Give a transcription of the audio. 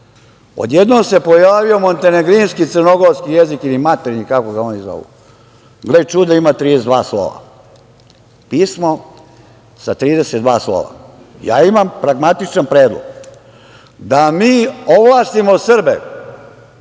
se pojavio montenegrinski, crnogorski jezik ili maternji, kako ga oni zovu, gle čuda, ima 32 slova. Pismo sa 32 slova. Ja imam pragmatičan predlog, da mi ovlastimo Srbe